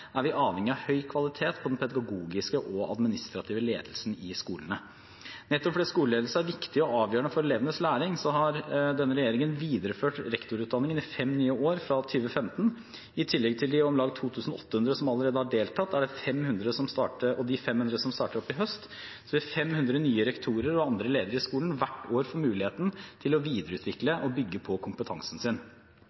er vi avhengig av høy kvalitet på den pedagogiske og administrative ledelsen i skolene. Nettopp fordi skoleledelse er viktig og avgjørende for elevenes læring, har denne regjeringen videreført rektorutdanningen i fem nye år fra 2015. I tillegg til de om lag 2 800 som allerede har deltatt, var det 500 som startet opp i høst. Så 500 nye rektorer og andre ledere i skolen får hvert år muligheten til å videreutvikle